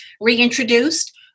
reintroduced